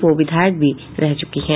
वो विधायक भी रह चुकी हैं